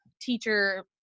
teacher